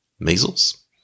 Measles